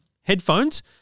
headphones